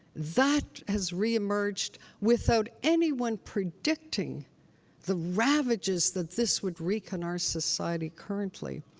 that has re-emerged without anyone predicting the ravages that this would wreak on our society currently.